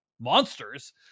monsters